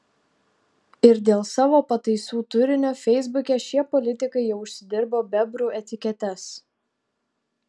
ir dėl savo pataisų turinio feisbuke šie politikai jau užsidirbo bebrų etiketes